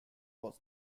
was